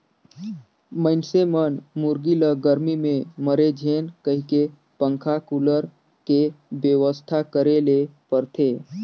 मइनसे मन मुरगी ल गरमी में मरे झेन कहिके पंखा, कुलर के बेवस्था करे ले परथे